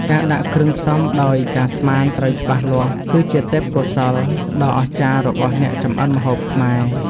ការដាក់គ្រឿងផ្សំដោយការស្មានត្រូវច្បាស់លាស់ គឺជាទេពកោសល្យដ៏អស្ចារ្យរបស់អ្នកចម្អិនម្ហូបខ្មែរ។